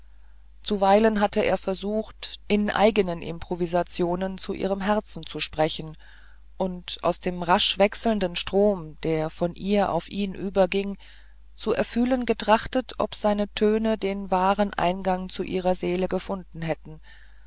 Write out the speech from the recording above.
zuweilen hatte er versucht in eigenen improvisationen zu ihrem herzen zu sprechen und aus dem rasch wechselnden strom der von ihr auf ihn überging zu erfühlen getrachtet ob seine töne den wahren eingang zu ihrer seele gefunden hätten